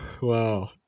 Wow